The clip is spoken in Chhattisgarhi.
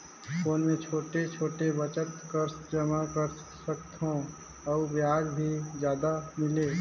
कौन मै छोटे छोटे बचत कर जमा कर सकथव अउ ब्याज भी जादा मिले?